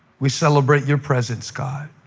we celebrate your presence, god.